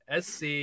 SC